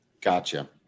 Gotcha